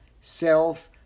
Self